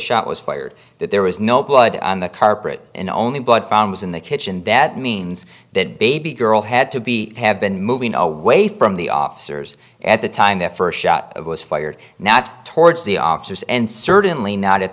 shot was fired that there was no blood on the carpet in only blood found was in the kitchen that means that baby girl had to be have been moving away from the officers at the time the first shot was fired not towards the officers and certainly not at